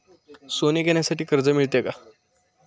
सोने घेण्यासाठी कर्ज मिळते का?